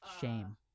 Shame